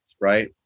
right